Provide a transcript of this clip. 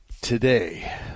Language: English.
Today